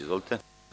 Izvolite.